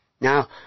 Now